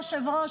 כבוד היושב-ראש,